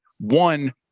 one